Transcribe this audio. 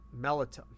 melatonin